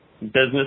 business